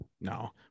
No